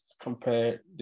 compare